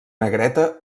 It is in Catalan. negreta